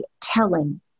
telling